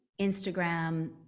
Instagram